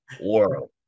world